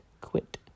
quit